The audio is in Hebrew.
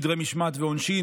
סדרי משמעת ועונשין,